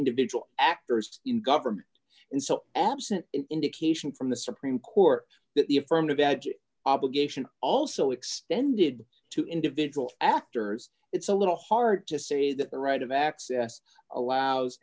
individual actors in government and so absent indication from the supreme court that the affirm to be obligation also extended to individual actors it's a little hard to see the right of access allows